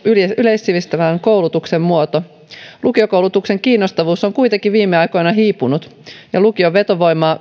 yleissivistävän koulutuksen muoto lukiokoulutuksen kiinnostavuus on kuitenkin viime aikoina hiipunut ja lukion vetovoimaa